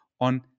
on